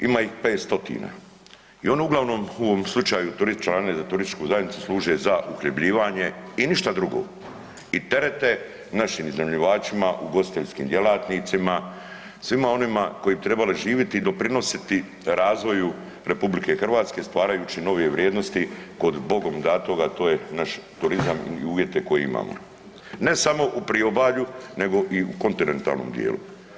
Ima ih 500 i u ovom slučaju članarine za turističku zajednicu služe za uhljebljivanje i ništa drugo i terete našim iznajmljivačima, ugostiteljskim djelatnicima, svima onima koji bi trebali živjeti i doprinositi razvoju RH stvarajući nove vrijednosti kod bogom datoga, to je naš turizam i uvjete koje imamo, ne samo u priobalju nego i u kontinentalnom dijelu.